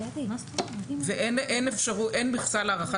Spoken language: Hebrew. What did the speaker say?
אין מכסה להערכת מסוכנות.